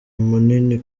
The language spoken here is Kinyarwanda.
munini